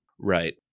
right